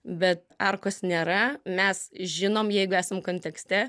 bet arkos nėra mes žinom jeigu esame kontekste